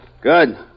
Good